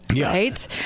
right